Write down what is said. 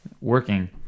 working